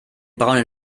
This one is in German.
braunen